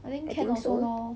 I think so